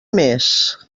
més